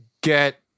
get